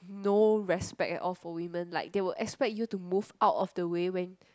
no respect at all for women like they will expect you to move out of the way when